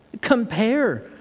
Compare